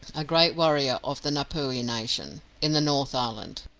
a great warrior of the ngapuhi nation, in the north island.